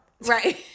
right